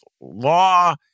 law